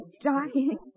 dying